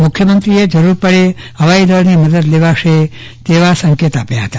મુખ્યમંત્રીએ જરૂર પડ્યે હવાઈ દળની મદદ લેવાશે તેવા સંકેત પણ આપ્યા હતા